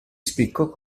spicco